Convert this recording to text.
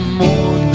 more